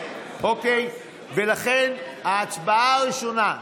לכן ההצבעה הראשונה,